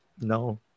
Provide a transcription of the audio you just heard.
No